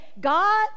God